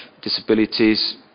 disabilities